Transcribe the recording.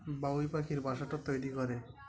বাবুই পাখির বাসাটা তৈরি করে